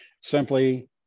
simply